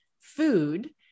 food